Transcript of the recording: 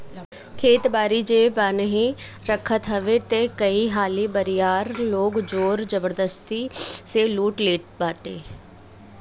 खेत बारी जे बान्हे रखत हवे तअ कई हाली बरियार लोग जोर जबरजस्ती से लूट लेट बाटे